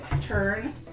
turn